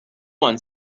one